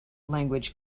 language